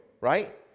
right